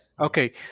Okay